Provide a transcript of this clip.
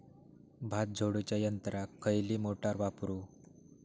भात झोडूच्या यंत्राक खयली मोटार वापरू?